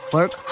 Work